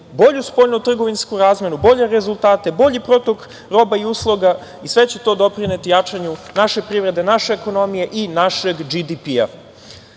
bolju spoljno-trgovinsku razmenu, bolje rezultate, bolji protok roba i usluga i sve će to doprineti jačanju naše privrede, naše ekonomije i našeg